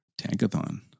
Tankathon